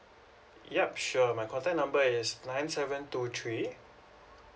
yup sure my contact number is nine seven two three